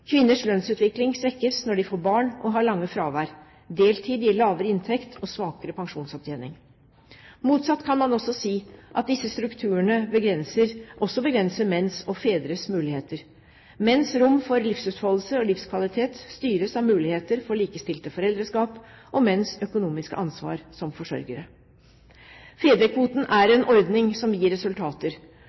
Kvinners lønnsutvikling svekkes når de får barn og har lange fravær. Deltid gir lavere inntekt og svakere pensjonsopptjening. Motsatt kan man si at disse strukturene også begrenser menns og fedres muligheter. Menns rom for livsutfoldelse og livskvalitet styres av muligheter for likestilte foreldreskap og menns økonomiske ansvar som forsørgere. Fedrekvoten er en ordning som gir resultater.